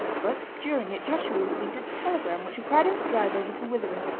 but during it joshua received a telegram which required him to drive over to withering,